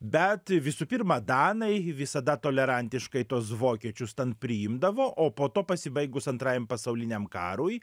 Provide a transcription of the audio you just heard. bet visų pirma danai visada tolerantiškai tuos vokiečius ten priimdavo o po to pasibaigus antrajam pasauliniam karui